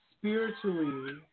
spiritually